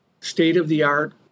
state-of-the-art